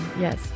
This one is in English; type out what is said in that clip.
yes